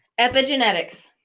Epigenetics